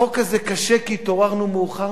החוק הזה קשה כי התעוררנו מאוחר